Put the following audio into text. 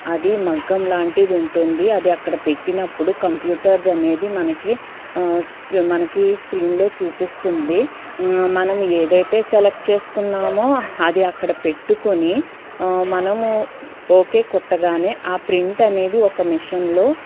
అది మగ్గం లాంటిది ఉంటుంది అది అక్కడ పెట్టినప్పుడు కంప్యూటర్ అనేది మనకి మనకి స్క్రీన్లో చూపిస్తుంది మనం ఏదైతే సెలెక్ట్ చేసుకున్నామో అది అక్కడ పెట్టుకొని మనము ఓకే కుట్టగానే ఆ ప్రింట్ అనేది ఒక మిషన్లో